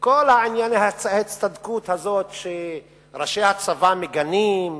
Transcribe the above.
כל עניין ההצטדקות הזאת, שראשי הצבא מגנים,